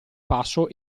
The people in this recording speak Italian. passo